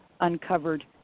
uncovered